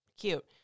Cute